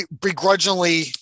begrudgingly